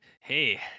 hey